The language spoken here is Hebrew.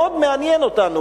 מאוד מעניינים אותנו,